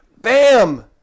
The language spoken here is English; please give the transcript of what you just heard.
bam